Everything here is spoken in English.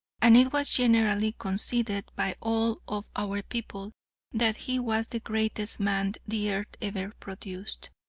and it was generally conceded by all of our people that he was the greatest man the earth ever produced.